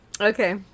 Okay